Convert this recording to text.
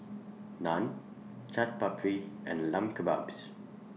Naan Chaat Papri and Lamb Kebabs